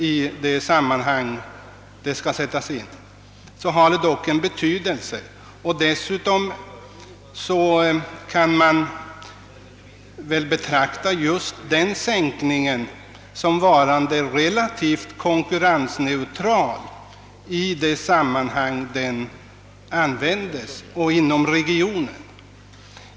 I de sammanhang där den sätts in har den dock en betydelse, och dessutom kan man väl betrakta just denna sänkning såsom relativt konkurrensneutral i de sammanhang där den används och inom regionen.